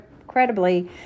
incredibly